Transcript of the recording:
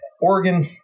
Oregon